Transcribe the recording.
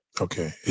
Okay